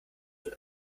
wird